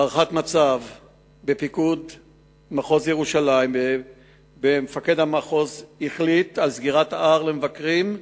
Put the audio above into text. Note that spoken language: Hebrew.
בהערכת מצב בפיקוד מחוז ירושלים החליט מפקד המחוז לסגור את ההר למבקרים,